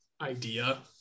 idea